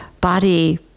body